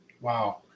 Wow